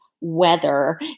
weather